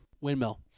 Windmill